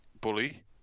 Bully